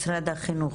משרד החינוך,